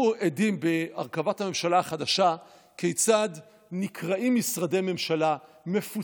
אנחנו רואים בהרכבת הממשלה החדשה כיצד נקראים משרדי ממשלה מחדש,